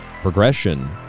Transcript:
progression